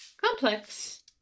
complex